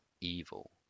evil